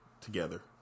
together